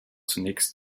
zunächst